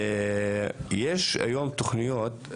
יש היום תוכניות,